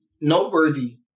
noteworthy